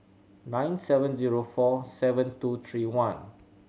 nine seven zero four seven two three one